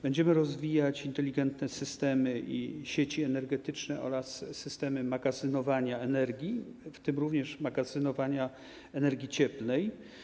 Będziemy rozwijać inteligentne systemy i sieci energetyczne oraz systemy magazynowania energii, w tym również magazynowania energii cieplnej.